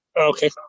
Okay